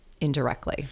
indirectly